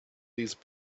these